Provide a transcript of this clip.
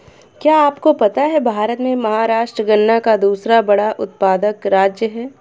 क्या आपको पता है भारत में महाराष्ट्र गन्ना का दूसरा बड़ा उत्पादक राज्य है?